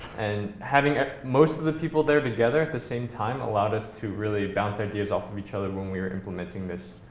and having ah most of the people there together at the same time allowed us to really bounce ideas off and each other when we were implementing this,